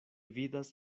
vidas